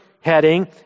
heading